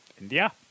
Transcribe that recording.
India